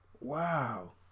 Wow